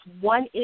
one